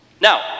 Now